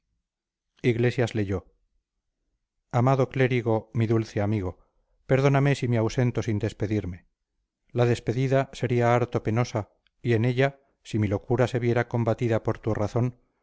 iglesias leyó amado clérigo mi dulce amigo perdóname si me ausento sin despedirme la despedida sería harto penosa y en ella si mi locura se viera combatida por tu razón